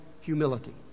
humility